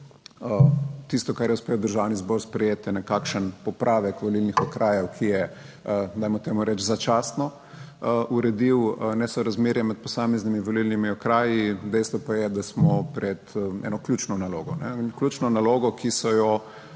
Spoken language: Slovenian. Tisto, kar je uspel Državni zbor sprejeti, je nekakšen popravek volilnih okrajev, ki je, dajmo temu reči, začasno uredil nesorazmerje med posameznimi volilnimi okraji, dejstvo pa je, da smo pred eno ključno nalogo, ne, in ključno nalogo, ki so jo